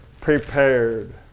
prepared